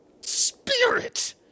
Spirit